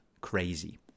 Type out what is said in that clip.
crazy